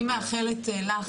אני מאחלת לך,